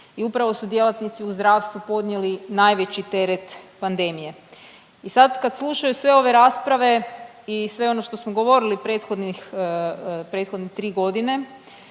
i upravo su djelatnici u zdravstvu podnijeli najveći teret pandemije. I sad kad slušaju sve ove rasprave i sve ono što smo govorili prethodnih, prethodne